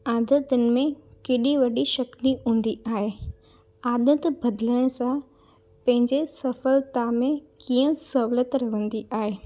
आदतुनि में केॾी वॾी शक्ती हूंदी आहे आदत भदलाउ सां पंहिंजे सफ़लता में किअं सहूलियत मिलंदी आहे